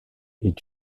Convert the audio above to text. est